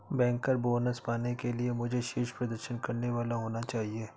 banker bonus पाने के लिए मुझे शीर्ष प्रदर्शन करने वाला होना चाहिए